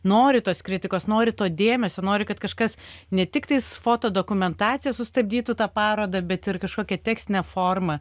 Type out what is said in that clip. nori tos kritikos nori to dėmesio nori kad kažkas ne tik tais foto dokumentacija sustabdytų tą parodą bet ir kažkokia tekstine forma